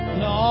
no